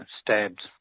stabbed